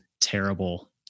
terrible